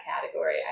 category